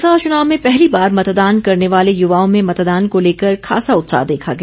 लोकसभा चुनाव में पहली बार मतदान करने वाले युवाओं में मतदान को लेकर खासा उत्साह देखा गया